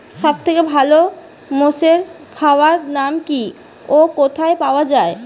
সব থেকে ভালো মোষের খাবার নাম কি ও কোথায় পাওয়া যায়?